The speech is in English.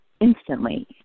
instantly